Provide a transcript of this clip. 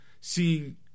seeing